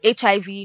HIV